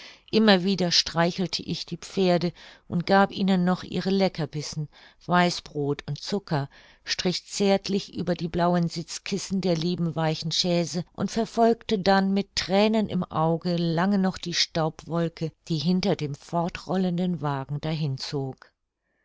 immer wieder streichelte ich die pferde und gab ihnen noch ihre leckerbissen weißbrod und zucker strich zärtlich über die blauen sitzkissen der lieben weichen chaise und verfolgte dann mit thränen im auge lange noch die staubwolke die hinter dem fortrollenden wagen dahinzog